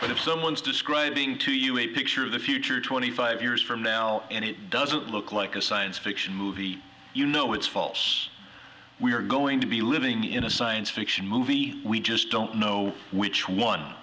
but if someone is describing to you a picture of the future twenty five years from now and it doesn't look like a science fiction movie you know it's faults we are going to be living in a science fiction movie we just don't know which one